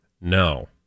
no